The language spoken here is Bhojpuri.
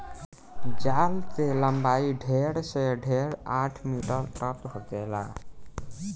जाल के लम्बाई ढेर से ढेर आठ मीटर तक होखेला